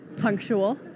punctual